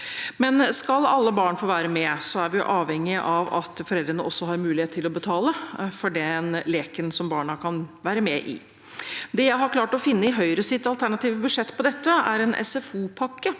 Skal alle barn få være med, er vi avhengig av at foreldrene også har mulighet til å betale for den leken barna kan være med i. Det jeg har klart å finne om dette i Høyres alternative budsjett, er en SFO-pakke